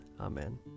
Amen